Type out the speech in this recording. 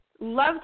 Love